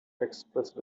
expressed